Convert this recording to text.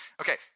Okay